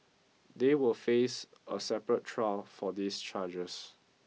they will face a separate trial for these charges